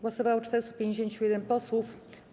Głosowało 451 posłów.